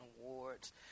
Awards